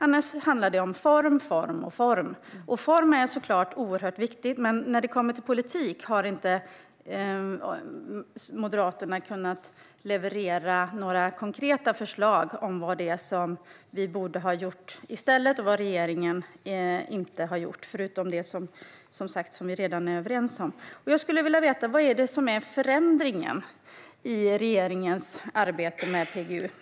Annars handlar det om form, form och form. Form är såklart oerhört viktigt, men när det kommer till politik har Moderaterna inte levererat några konkreta förslag om vad det är som borde ha gjorts i stället och vad regeringen inte har gjort - förutom det som vi redan är överens om. Vad är förändringen i regeringens arbete med PGU?